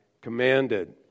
commanded